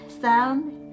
sound